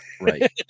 Right